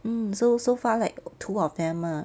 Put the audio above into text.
mm so so far like two of them lah